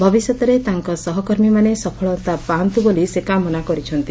ଭବିଷ୍ୟତରେ ତାଙ୍କ ସହକର୍ମୀମାନେ ସଫଳତା ପାଆନ୍ତୁ ବୋଲି ସେ କାମନା କରିଛନ୍ତି